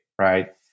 right